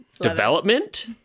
development